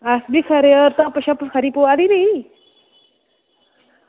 अस बी खरे होर धुप्प शुप खरी पवै दी नी